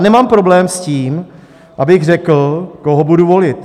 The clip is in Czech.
Nemám problém s tím, abych řekl, koho budu volit.